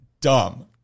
dumb